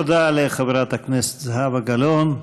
תודה לחברת הכנסת זהבה גלאון.